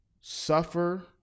suffer